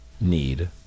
need